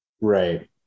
Right